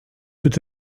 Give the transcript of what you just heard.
peut